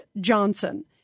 Johnson